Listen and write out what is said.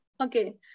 Okay